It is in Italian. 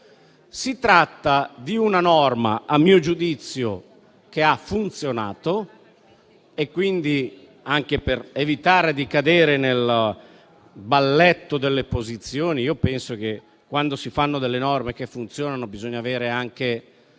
Si tratta di una norma che - a mio giudizio - ha funzionato e, anche per evitare di cadere nel balletto delle posizioni, penso che, quando si fanno delle norme che funzionano, bisogna avere il